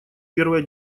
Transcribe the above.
первое